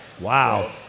Wow